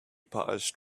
paused